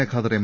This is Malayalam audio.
A Khader M